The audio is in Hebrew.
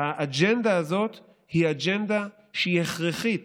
האג'נדה הזאת היא אג'נדה שהיא הכרחית